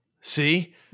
See